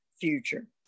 future